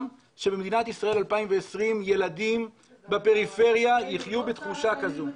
שבמדינת ישראל 2020 ילדים בפריפריה יחיו בתחושה כזו.